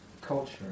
culture